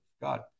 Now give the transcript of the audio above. god